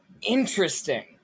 interesting